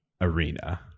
arena